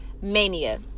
mania